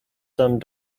some